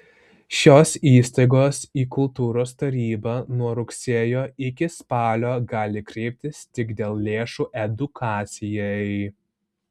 šios įstaigos į kultūros tarybą nuo rugsėjo iki spalio gali kreiptis tik dėl lėšų edukacijai